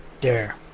Dare